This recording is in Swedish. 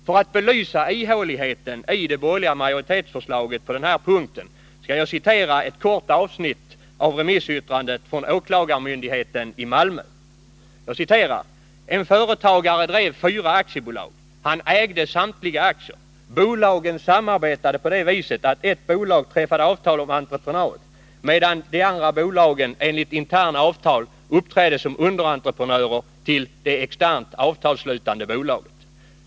För att belysa ihåligheten i det borgerliga majoritetsförslaget på den här punkten skall jag återge ett kort avsnitt av remissyttrandet från åklagarmyndigheten i Malmö: En företagare drev fyra aktiebolag. Han ägde samtliga aktier. Bolagen samarbetade på det viset att ett bolag träffade avtal om entreprenad, medan de andra bolagen enligt interna avtal uppträdde som underentreprenörer till det externt avtalsslutande bolaget.